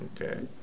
Okay